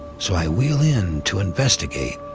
so i wheel in to investigate.